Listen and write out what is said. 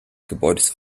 gebäudes